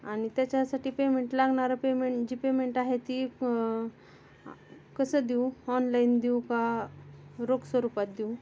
आणि त्याच्यासाठी पेमेंट लागणारं पेमेंट जी पेमेंट आहे ती क कसं देऊ ऑनलाईन देऊ का रोख स्वरूपात देऊ